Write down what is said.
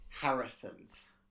Harrison's